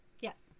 Yes